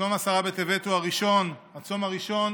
צום עשרה בטבת הוא הצום הראשון, הצום הראשון